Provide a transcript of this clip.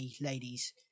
ladies